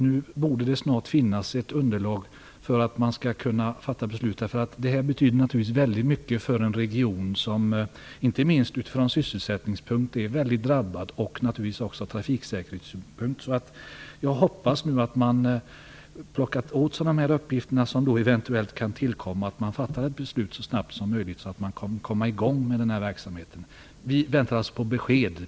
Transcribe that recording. Nu borde det snart finnas ett underlag för att man skall kunna fatta beslut. Det här betyder naturligtvis väldigt mycket för en region som är mycket drabbad ur sysselsättningssynpunkt. Det betyder även mycket ur trafiksäkerhetssynpunkt. Jag hoppas nu att man, när man plockat åt sig de uppgifter som eventuellt kan tillkomma, fattar ett beslut så snabbt som möjligt så att den här verksamheten kan komma i gång. Vi väntar på besked.